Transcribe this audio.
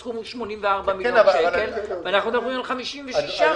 הסכום הוא 84 מיליון שקל ואנחנו מדברים על 56 מיליון.